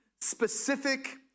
specific